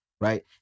right